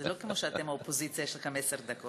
זה לא כמו שאתם, האופוזיציה, יש לכם עשר דקות.